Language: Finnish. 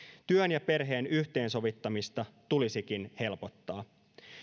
työn ja perheen yhteensovittamista tulisikin helpottaa